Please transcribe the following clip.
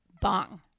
bong